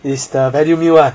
is the value meal lah